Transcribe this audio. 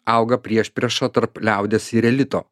auga priešprieša tarp liaudies ir elito